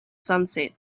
sunset